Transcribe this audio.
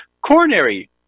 coronary